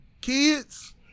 kids